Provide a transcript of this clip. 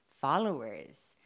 followers